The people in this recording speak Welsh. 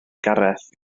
gareth